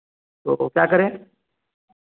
तो क्या करें